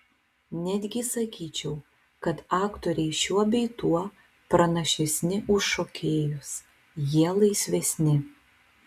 netgi sakyčiau kad aktoriai šiuo bei tuo pranašesni už šokėjus jie laisvesni